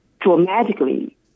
dramatically